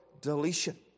deletion